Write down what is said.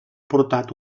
portat